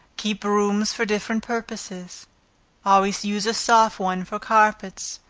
keep brooms for different purposes always use a soft one for carpets,